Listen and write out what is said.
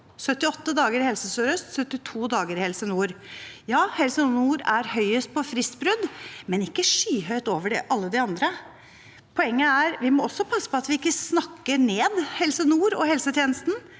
78 dager i Helse sør-øst og 72 dager i Helse nord. Ja, Helse nord ligger høyest på fristbrudd, men ikke skyhøyt over alle de andre. Poenget er at vi må passe på at vi ikke snakker ned Helse nord og helsetjenesten.